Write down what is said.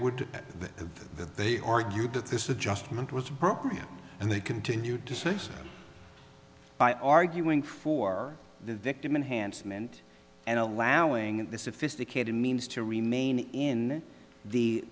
adjustment was appropriate and they continued to say by arguing for the victim enhanced meant and allowing the sophisticated means to remain in the